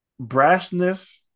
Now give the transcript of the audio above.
brashness